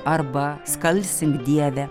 arba skalsink dieve